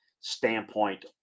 standpoint